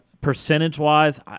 Percentage-wise